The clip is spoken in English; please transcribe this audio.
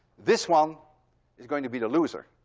this one is going to be the loser,